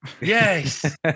Yes